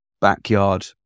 backyard